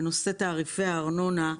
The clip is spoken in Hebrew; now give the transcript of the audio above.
בנושא תעריפי הארנונה.